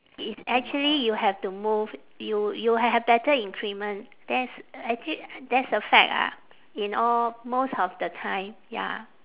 it's actually you have to move you you will have better increment that's actually that's a fact ah in all most of the time ya